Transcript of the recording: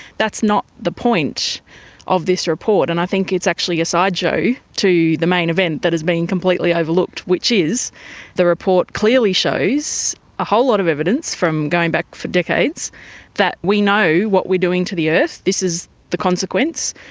that's not the point of this report, and i think it's actually a sideshow to the main event that is being completely overlooked which is the report clearly shows a whole lot of evidence from going back for decades that we know what we're doing to the earth, this is the consequence,